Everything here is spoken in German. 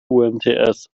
umts